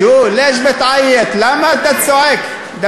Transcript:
(אומר בערבית: למה אתה צועק?) למה אתה צועק?